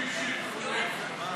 נתקבלו.